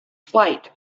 flight